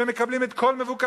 והם מקבלים את כל מבוקשם.